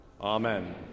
Amen